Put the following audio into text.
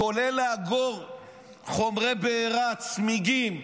כולל אגירת חומרי בעירה, צמיגים,